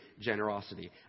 generosity